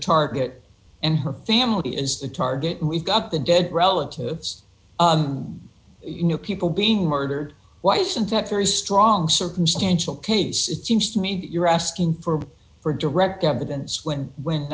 target and her family is the target and we've got the dead relatives you know people being murdered why isn't that very strong circumstantial case it seems to me you're asking for for direct evidence when when